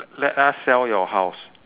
let us sell your house